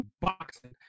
boxing